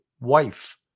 wife